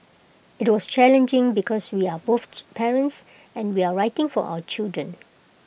IT was challenging because we are both parents and we're writing for our children